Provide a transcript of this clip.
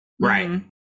Right